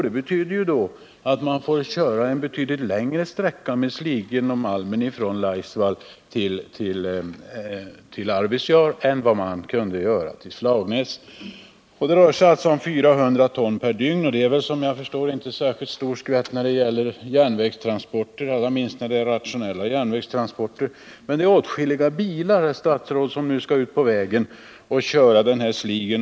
Det betyder att man får köra en väsentligt längre sträcka med sligen och malmen från Laisvall till Arvidsjaur än man behövde göra till Slagnäs. Det rör sig alltså om 400 ton per dygn. Det är väl såvitt jag förstår inte någon särskilt stor skvätt när det gäller järnvägstransporter — allra minst rationella järnvägstransporter. Men åtskilliga bilar, herr statsråd, måste nu ut på vägen och köra den här sligen!